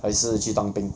还是去当兵